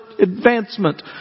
advancement